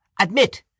Admit